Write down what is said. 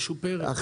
משופרת.